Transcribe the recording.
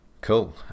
Cool